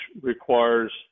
requires